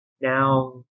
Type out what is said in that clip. Now